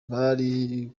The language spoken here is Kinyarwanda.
bari